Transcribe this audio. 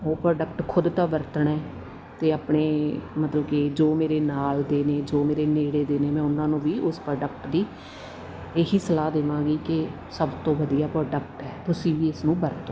ਉਹ ਪ੍ਰੋਡਕਟ ਖੁਦ ਤਾਂ ਵਰਤਣਾ ਅਤੇ ਆਪਣੇ ਮਤਲਬ ਕਿ ਜੋ ਮੇਰੇ ਨਾਲ ਦੇ ਨੇ ਜੋ ਮੇਰੇ ਨੇੜੇ ਦੇ ਨੇ ਮੈਂ ਉਹਨਾਂ ਨੂੰ ਵੀ ਉਸ ਪ੍ਰੋਡਕਟ ਦੀ ਇਹੀ ਸਲਾਹ ਦੇਵਾਂਗੀ ਕਿ ਸਭ ਤੋਂ ਵਧੀਆ ਪ੍ਰੋਡਕਟ ਹੈ ਤੁਸੀਂ ਵੀ ਇਸ ਨੂੰ ਵਰਤੋਂ